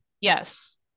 Yes